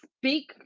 speak